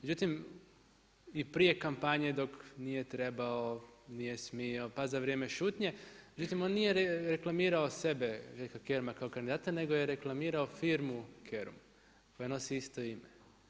Međutim, i prije kampanje dok nije trebao, nije smio, pa za vrijeme šutnje, međutim on nije reklamirao sebe Željka Keruma kao kandidata, nego je reklamirao firmu Kerum, koja nosi isto ime.